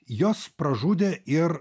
jos pražudė ir